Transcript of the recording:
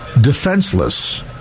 defenseless